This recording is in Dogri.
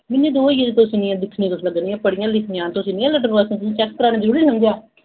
म्हीने दो होई गे दिक्खने गी तुस लग्गै नी ओ पढ़ियां लिखियां तुस इन्नियां लटरमस्त ओ तुसें चैक करवाना जरूरी नेई समझेआ